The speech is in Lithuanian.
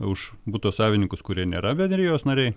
už buto savininkus kurie nėra bendrijos nariai